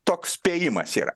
toks spėjimas yra